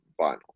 vinyl